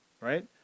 Right